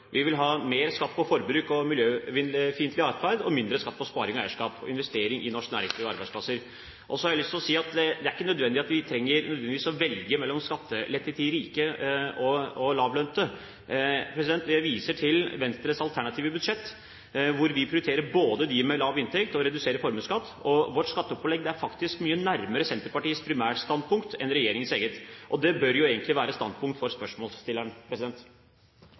og arbeidsplasser. Så har jeg lyst til å si at vi trenger ikke nødvendigvis å velge mellom skattelette til de rike og lavtlønte. Jeg viser til Venstres alternative budsjett, hvor vi prioriterer både dem med lav inntekt og redusert formuesskatt. Vårt skatteopplegg er faktisk mye nærmere Senterpartiets primærstandpunkt enn regjeringens eget, og det bør jo egentlig være standpunktet for spørsmålsstilleren.